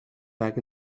back